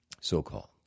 so-called